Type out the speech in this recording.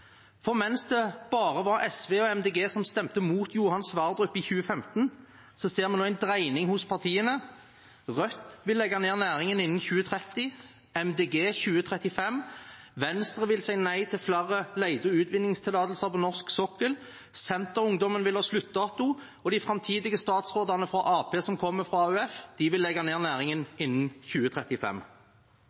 For mens det bare var SV og Miljøpartiet De Grønne som stemte mot Johan Sverdrup-feltet i 2015, ser man nå en dreining hos partiene. Rødt vil legge ned næringen innen 2030, Miljøpartiet De Grønne innen 2035, Venstre vil si nei til flere lete- og utvinningstillatelser på norsk sokkel, Senterungdommen vil ha sluttdato, og de framtidige statsrådene fra Arbeiderpartiet som kommer fra AUF, vil legge ned næringen innen 2035.